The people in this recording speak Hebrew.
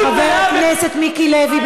חבר הכנסת מיקי לוי,